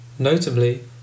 Notably